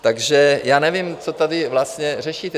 Takže nevím, co tady vlastně řešíte.